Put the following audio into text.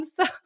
So-